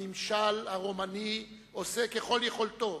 הממשל הרומני עושה ככל יכולתו